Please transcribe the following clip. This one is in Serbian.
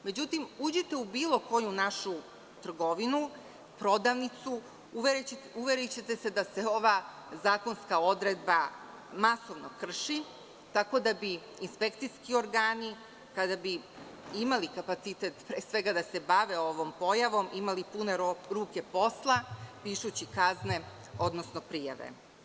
Međutim, uđite u bilo koju našu trgovinu, prodavnicu uverićete se da se ova zakonska odredba masovno krši, tako da bi inspekcijski organi kada bi imali kapacitet pre svega da se bave ovom pojavom imali pune ruke posla pišući kazne, odnosno prijave.